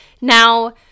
Now